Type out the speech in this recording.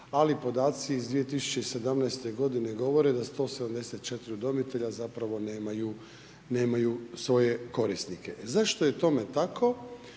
ali podaci iz 2017. g. govore da 174 udomitelja zapravo nemaju svoje korisnike. Zašto je tome tako